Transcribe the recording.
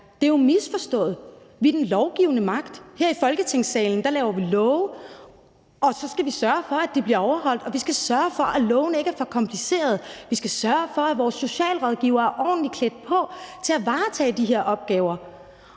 det er jo misforstået. Vi er den lovgivende magt. Her i Folketingssalen laver vi love, og så skal vi sørge for, at de bliver overholdt, og vi skal sørge for, at lovene ikke er for komplicerede. Vi skal sørge for, at vores socialrådgivere er ordentligt klædt på til at varetage de her opgaver.